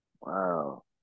Wow